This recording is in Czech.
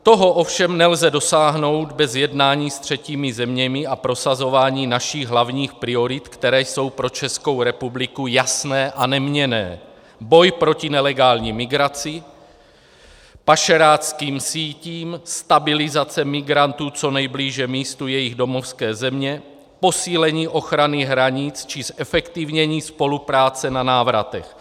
Toho ovšem nelze dosáhnout bez jednání s třetími zeměmi a prosazování našich hlavních priorit, které jsou pro Českou republiku jasné a neměnné boj proti nelegální migraci, pašeráckým sítím, stabilizace migrantů co nejblíže místu jejich domovské země, posílení ochrany hranic či zefektivnění spolupráce na návratech.